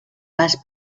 pas